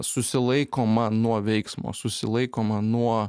susilaikoma nuo veiksmo susilaikoma nuo